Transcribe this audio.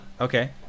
Okay